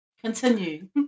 Continue